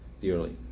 dearly